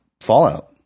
Fallout